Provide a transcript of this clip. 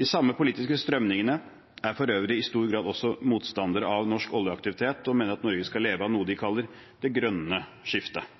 De samme politiske strømningene er for øvrig også i stor grad motstandere av norsk oljeaktivitet og mener at Norge skal leve av noe de kaller «det grønne skiftet».